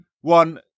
one